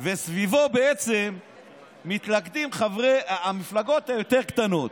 וסביבו מתלכדות המפלגות היותר-קטנות,